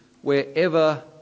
Wherever